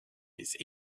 its